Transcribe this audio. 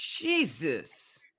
Jesus